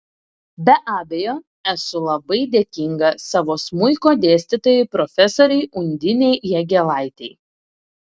be abejo esu labai dėkinga savo smuiko dėstytojai profesorei undinei jagėlaitei